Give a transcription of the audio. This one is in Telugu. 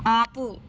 ఆపు